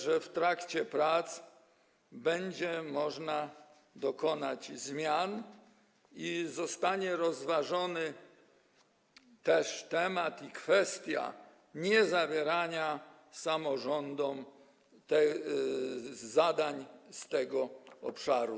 Sądzę, że w trakcie prac będzie można dokonać zmian i zostanie rozważony też temat i kwestia niezabierania samorządom zadań z tego obszaru.